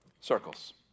Circles